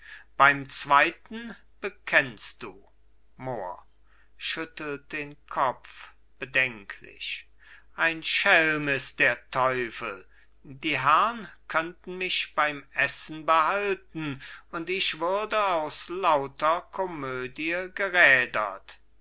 beim zweiten bekennst du mohr schüttelt den kopf bedenklich ein schelm ist der teufel die herrn könnten mich beim essen behalten und ich würde aus lauter komödie gerädert